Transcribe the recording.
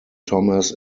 thomas